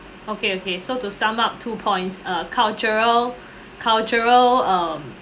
okay okay so to sum up two points uh cultural cultural um